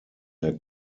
der